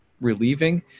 relieving